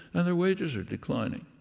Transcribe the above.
and their wages are declining.